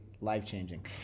life-changing